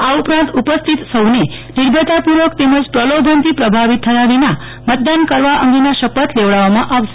આ ઉપરાંત ઉપસ્થિતસૌને નિર્ભયતાપૂર્વક તેમજ પ્રલોભનથી પ્રભાવિત થયા વિના મતદાન કરવા અંગેના શપથ લેવડાવવામાંઆવશે